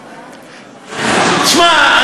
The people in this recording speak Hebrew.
תשמע,